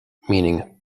meaning